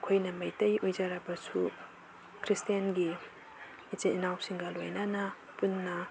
ꯑꯩꯈꯣꯏꯅ ꯃꯩꯇꯩ ꯑꯣꯏꯖꯔꯕꯁꯨ ꯈ꯭ꯔꯤꯁꯇꯦꯟꯒꯤ ꯏꯆꯤꯟ ꯏꯅꯥꯎꯁꯤꯡꯒ ꯂꯣꯏꯅꯅ ꯄꯨꯟꯅ